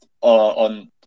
on